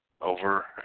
over